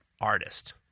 artist